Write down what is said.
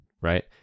right